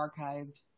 archived